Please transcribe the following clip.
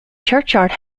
churchyard